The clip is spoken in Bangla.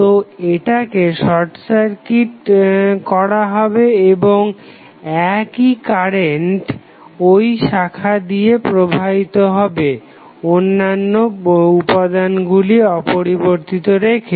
তো এটাকে শর্ট সার্কিট করা হবে এবং একই কারেন্ট ঐ শাখা দিয়ে প্রবাহিত হবে অন্যান্য উপাদানগুলি অপরিবর্তিত রেখে